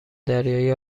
دریایی